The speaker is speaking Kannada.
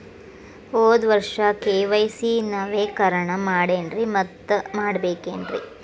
ಹೋದ ವರ್ಷ ಕೆ.ವೈ.ಸಿ ನವೇಕರಣ ಮಾಡೇನ್ರಿ ಮತ್ತ ಮಾಡ್ಬೇಕೇನ್ರಿ?